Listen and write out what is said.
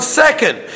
second